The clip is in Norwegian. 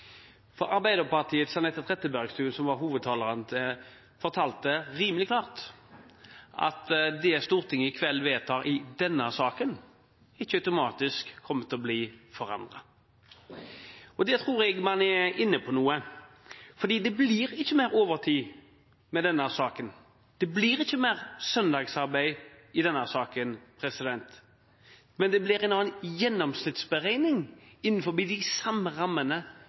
var Arbeiderpartiets hovedtaler, fortalte rimelig klart at det Stortinget i kveld vedtar i denne saken, ikke automatisk kommer til å bli forandret. Der tror jeg man er inne på noe, for det blir ikke mer overtid av denne saken, og det blir ikke mer søndagsarbeid av denne saken. Men det blir en annen gjennomsnittsberegning innenfor de samme rammene